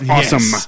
Awesome